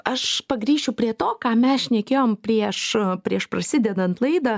aš pagrįšiu prie to ką mes šnekėjom prieš prieš prasidedant laidą